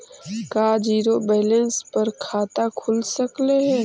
का zero balance पर खाता खुल सकले हे?